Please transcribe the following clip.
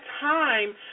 time